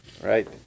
Right